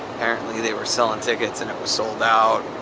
apparently, they were selling tickets and it was sold out.